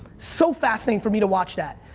so fascinating for me to watch that.